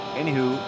anywho